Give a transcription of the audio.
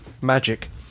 Magic